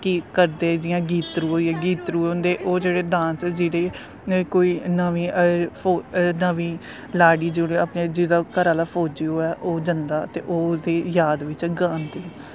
करदे जियां गीतडू़ू होइये गीतड़ू होंदें ओह् जेह्ड़े डांस जेह्ड़े केई नमीं नमीं लाड़ी जिसले अपने जिसदा घरा आह्ला फौजी होऐ ओह् जंदा ते ओह् ओह्दी जाद बिच्च गांदी